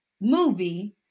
movie